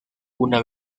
una